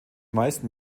meisten